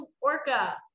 orca